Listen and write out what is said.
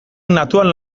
natural